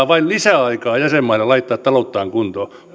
vain lisäaikaa jäsenmaille laittaa talouttaan kuntoon